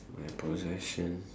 my possession